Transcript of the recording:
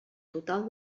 total